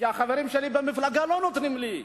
כי החברים שלי במפלגה לא נותנים לי.